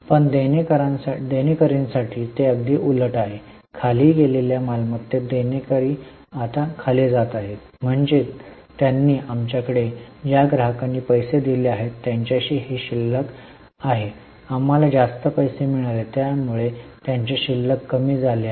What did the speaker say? पण देणेकरीांसाठी ते अगदी उलट आहे खाली गेलेल्या मालमत्तेत देणेकरी आता खाली जात आहेत म्हणजेच त्यांनी आमच्याकडे ज्या ग्राहकांनी पैसे दिले आहेत त्यांच्याशी ही शिल्लक आहे आम्हाला जास्त पैसे मिळाले त्यामुळे त्यांचे शिल्लक कमी झाले आहे